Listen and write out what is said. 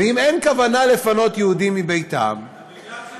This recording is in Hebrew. ואם אין כוונה לפנות יהודים מביתם, שהם שכחו.